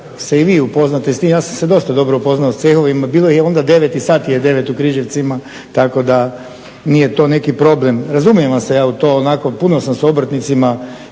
Hvala vam